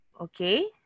Okay